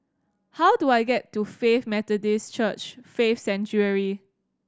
how do I get to Faith Methodist Church Faith Sanctuary